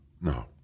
no